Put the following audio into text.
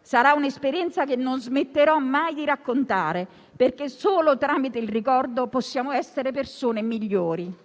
Sarà un'esperienza che non smetterò mai di raccontare, perché solo tramite il ricordo possiamo essere persone migliori».